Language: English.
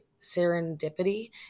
serendipity